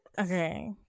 Okay